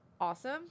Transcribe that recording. awesome